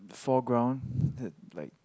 fall ground that like